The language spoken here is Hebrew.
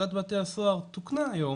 שפקודת בתי הסוהר תוקנה היום